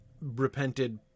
repented